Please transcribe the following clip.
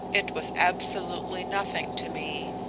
it was absolutely nothing to me.